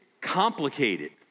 complicated